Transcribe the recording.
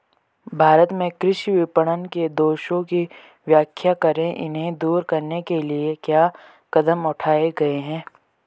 भारत में कृषि विपणन के दोषों की व्याख्या करें इन्हें दूर करने के लिए क्या कदम उठाए गए हैं?